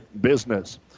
business